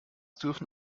dürfen